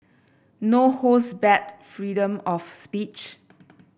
no holds barred freedom of speech